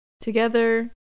together